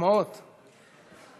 אם